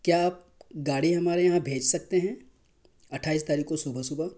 کیا آپ گاڑی ہمارے یہاں بھیج سکتے ہیں اٹھائیس تاریخ کو صبح صبح